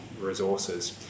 resources